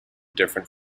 different